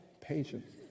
patience